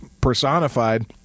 personified